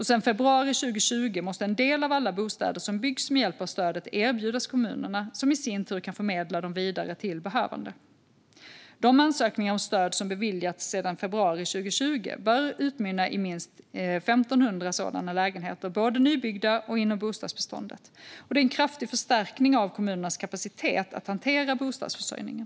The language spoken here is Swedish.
Sedan februari 2020 måste en del av alla bostäder som byggs med hjälp av stödet erbjudas kommunerna, som i sin tur kan förmedla dem vidare till behövande. De ansökningar om stöd som beviljats sedan februari 2020 bör utmynna i minst 1 500 sådana lägenheter, både nybyggda och inom bostadsbeståndet. Det är en kraftig förstärkning av kommunernas kapacitet att hantera bostadsförsörjningen.